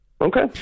Okay